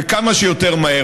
וכמה שיותר מהר.